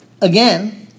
Again